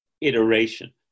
iteration